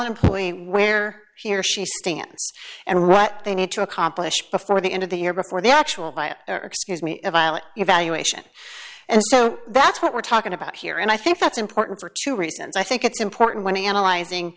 employee where he or she stands and what they need to accomplish before the end of the year before the actual byatt or excuse me evaluation and so that's what we're talking about here and i think that's important for two reasons i think it's important when analyzing